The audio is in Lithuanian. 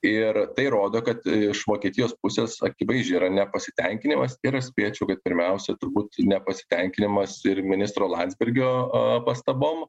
ir tai rodo kad iš vokietijos pusės akivaizdžiai yra nepasitenkinimas ir aš spėčiau kad pirmiausia turbūt nepasitenkinimas ir ministro landsbergio pastabom